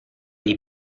dei